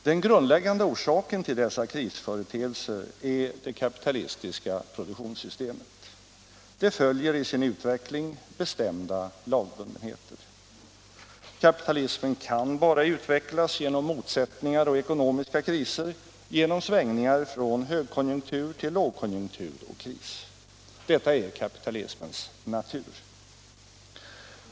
Den grundläggande orsaken till dessa krisföreteelser är det kapitalistiska produktionssystemet. Det följer i sin utveckling bestämda lagbundenheter. Kapitalismen kan bara utvecklas genom motsättningar och ekonomiska kriser, genom svängningar från högkonjunktur till lågkonjunktur och kris. Detta är kapitalismens natur.